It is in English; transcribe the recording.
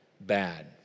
bad